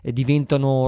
diventano